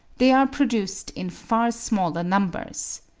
they are produced in far smaller numbers.